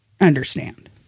understand